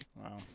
Wow